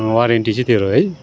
warranty चाहिँ त्योहरू है